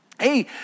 Hey